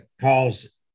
cause